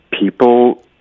people